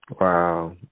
Wow